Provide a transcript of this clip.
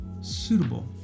suitable